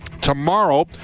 Tomorrow